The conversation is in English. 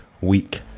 week